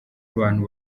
abantu